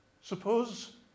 Suppose